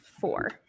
four